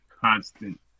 constant